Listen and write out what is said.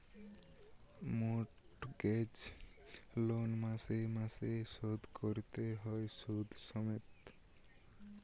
mortgage loan মাসে মাসে শোধ কোরতে হয় শুধ সমেত